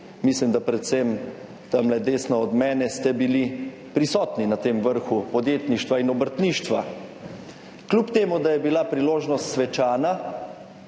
mislim, da predvsem tamle desno od mene ste bili prisotni na tem vrhu podjetništva in obrtništva. Kljub temu, da je bila priložnost svečana